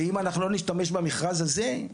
ואם אנחנו לא נשתמש במכרז הזה,